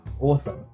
awesome